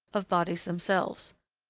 of bodies themselves.